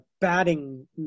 batting